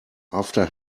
after